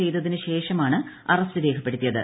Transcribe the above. ചെയ്തതിനു ശേഷമാണ് അറസ്റ്റ് രേഖപ്പെടുത്തിയത്